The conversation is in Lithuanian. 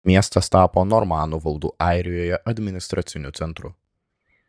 miestas tapo normanų valdų airijoje administraciniu centru